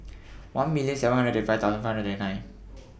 one million seven hundred and thirty five thousand five hundred and nine